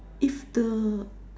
if the